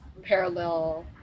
Parallel